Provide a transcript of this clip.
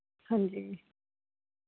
ਹਾਂਜੀ